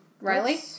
Riley